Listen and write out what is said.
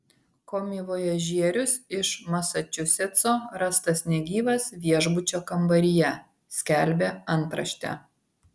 komivojažierius iš masačusetso rastas negyvas viešbučio kambaryje skelbė antraštė